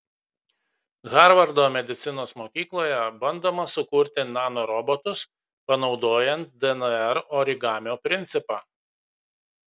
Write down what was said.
harvardo medicinos mokykloje bandoma sukurti nanorobotus panaudojant dnr origamio principą